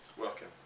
Welcome